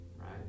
right